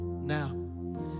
Now